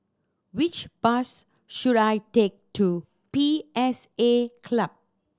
which bus should I take to P S A Club